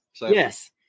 Yes